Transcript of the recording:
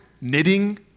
knitting